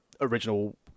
original